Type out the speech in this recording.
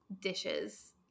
dishes